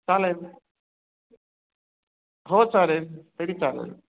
चालेल हो चालेल तरी चालेल